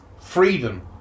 freedom